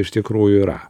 iš tikrųjų yra